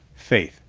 faith,